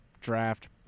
draft